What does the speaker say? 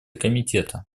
комитета